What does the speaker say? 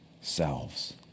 selves